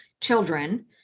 children